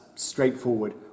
straightforward